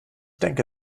denke